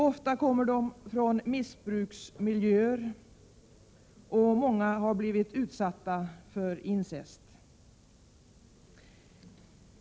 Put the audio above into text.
Ofta kommer de från missbruksmiljöer, och många har blivit utsatta för incest.